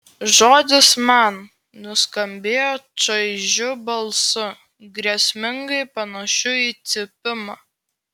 žodis man nuskambėjo čaižiu balsu grėsmingai panašiu į cypimą